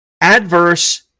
Adverse